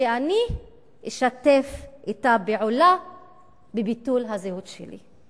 שאני אשתף אתה פעולה בביטול הזהות שלי.